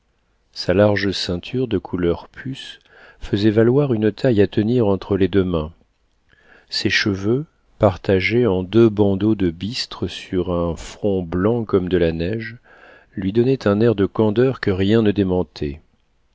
sa large ceinture de couleur puce faisait valoir une taille à tenir entre les deux mains ses cheveux partagés en deux bandeaux de bistre sur un front blanc comme de la neige lui donnaient un air de candeur que rien ne démentait